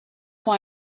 why